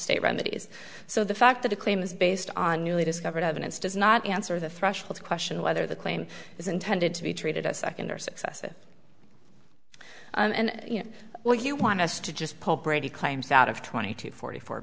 state remedies so the fact that a claim is based on newly discovered evidence does not answer the threshold question whether the claim is intended to be treated as second or successive and well you want us to just pull brady claims out of twenty to forty four